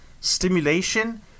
stimulation